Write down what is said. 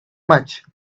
much